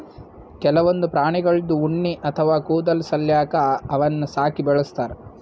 ಕೆಲವೊಂದ್ ಪ್ರಾಣಿಗಳ್ದು ಉಣ್ಣಿ ಅಥವಾ ಕೂದಲ್ ಸಲ್ಯಾಕ ಅವನ್ನ್ ಸಾಕಿ ಬೆಳಸ್ತಾರ್